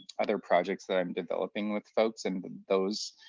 other projects that i'm developing with folks, and those,